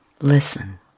listen